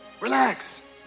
Relax